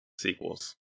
sequels